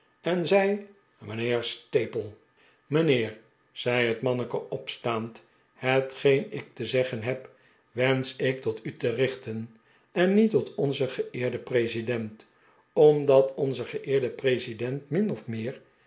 en zei mijnheer staple mijnheer zei het manneke opstaand hetgeen ik te zeggen heb wensch ik tot u te richten en niet tot onzen geeerden president omdat onze geeerde president min of meer